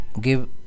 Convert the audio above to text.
give